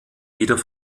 wieder